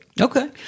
Okay